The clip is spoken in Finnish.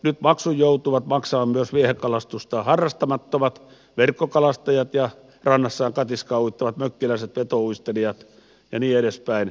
nyt maksun joutuvat maksamaan myös viehekalastusta harrastamattomat verkkokalastajat ja rannassaan katiskaa uittavat mökkiläiset vetouistelijat ja niin edespäin